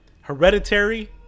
Hereditary